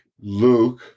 Luke